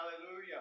hallelujah